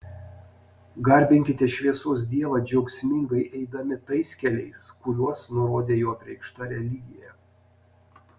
garbinkite šviesos dievą džiaugsmingai eidami tais keliais kuriuos nurodė jo apreikšta religija